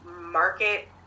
market